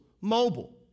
mobile